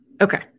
Okay